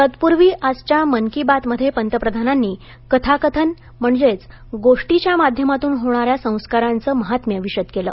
तत्पूर्वी आजच्या मन की बातमध्ये पंतप्रधानांनी कथाकथन म्हणजेच गोष्टीच्या माध्यमातून होणाऱ्या संस्कारांच महात्म्य विषद केलं